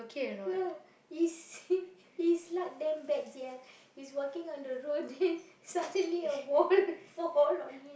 no you see his luck damn bad sia he's walking on the road then suddenly a wall fall on him